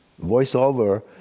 voiceover